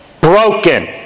broken